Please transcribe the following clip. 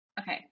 okay